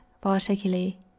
particularly